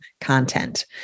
content